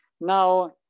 Now